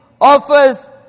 offers